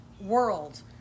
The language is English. world